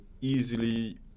easily